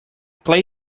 play